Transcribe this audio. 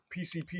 PCP